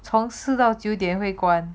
从四到九点会关